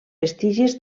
vestigis